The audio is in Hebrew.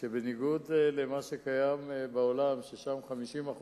שבניגוד למה שקיים בעולם, ששם 50%